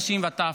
נשים וטף.